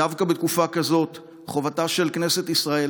דווקא בתקופה כזאת חובתה של כנסת ישראל